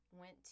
went